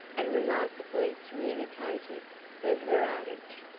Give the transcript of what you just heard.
and remarkably communicative for her age.